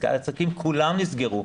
העסקים כולם נסגרו.